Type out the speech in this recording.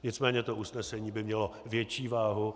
Nicméně usnesení by mělo větší váhu.